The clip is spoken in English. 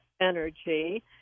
energy